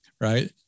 right